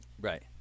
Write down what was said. right